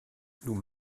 nous